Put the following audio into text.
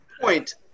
Point